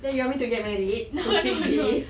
then you want me to get married to fix this